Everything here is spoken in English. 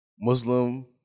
Muslim